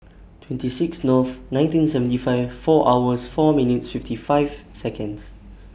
twenty six Nov nineteen seventy five four hours four minutes fifty five Seconds